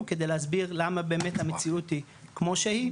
כדי להסביר למה באמת המציאות היא כמו שהיא,